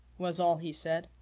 was all he said.